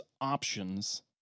options